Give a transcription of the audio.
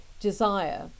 desire